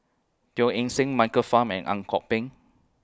Teo Eng Seng Michael Fam and Ang Kok Peng